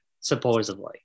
supposedly